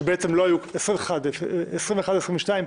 עשרים ושתיים,